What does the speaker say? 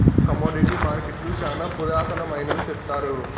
commodity మార్కెట్టులు శ్యానా పురాతనమైనవి సెప్తారు